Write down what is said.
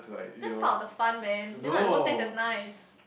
that's part of the fun man if not it won't taste as nice